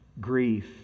grief